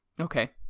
Okay